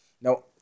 Now